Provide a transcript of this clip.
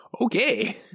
okay